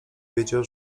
wiedział